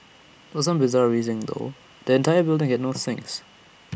for some bizarre reason though the entire building had no sinks